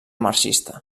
marxista